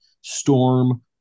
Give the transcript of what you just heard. storm